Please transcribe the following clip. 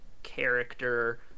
character